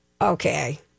okay